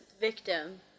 victim